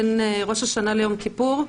בין ראש השנה ליום כיפור,